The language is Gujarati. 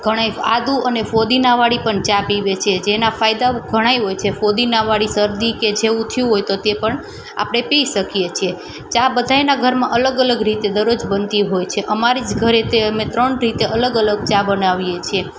ઘણાય આદું અને ફુદીનાવાળી પણ ચા પીવે છે જેના ફાયદા ઘણાય હોય છે ફુદીનાવાળી શરદી કે જેવુ થયું હોય તો તે પણ આપણે પી શકીએ છે ચા બધાયના ઘરમાં અલગ અલગ રીતે દરરોજ બનતી હોય છે અમારી જ ઘરે તે અમે ત્રણ રીતે અલગ અલગ ચા બનાવીએ છીએ